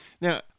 now